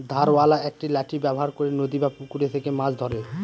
ধারওয়ালা একটি লাঠি ব্যবহার করে নদী বা পুকুরে থেকে মাছ ধরে